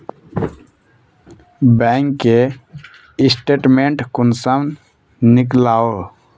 Bank के statement कुंसम नीकलावो?